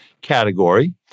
category